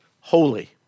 holy